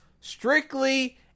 strictly